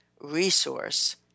resource